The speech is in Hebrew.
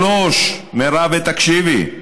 שלוש מירב תקשיבי,